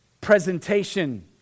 presentation